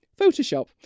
Photoshop